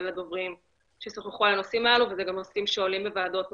אלה הנושאים שעולים בוועדות נוספות.